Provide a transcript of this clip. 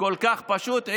כל כך פשוט.